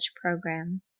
program